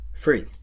free